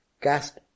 cast